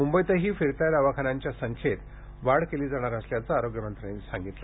मुंबईतही फिरत्या दवाखान्यात वाढ केली जाणार असल्याचं आरोग्यमंत्र्यांनी सांगितलं